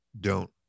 Don't